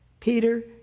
Peter